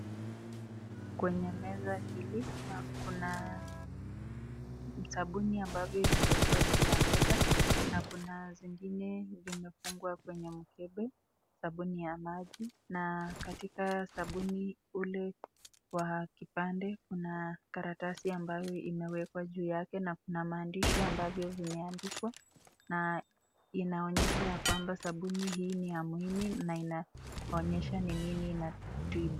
Kwenye meza hili kuna sabuni ambavyo vimewekwa juu ya meza, na kuna zingine zenye zimefungwa kwenye mkebe, sabuni ya nazi na katika sabuni ule wa kipande Kuna karatasi ambayo imewekwa juu yake na Kuna maandishi ambayo imeandikwa, na inaonyesha ya kwamba sabuni hii ni ya umuhimu, na inaonyesha ni nini inatibu.